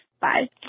Bye